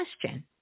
question